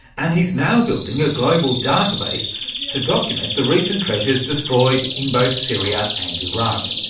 and he's now building a global database to document the recent treasures destroyed in both syria and iraq.